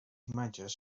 imatges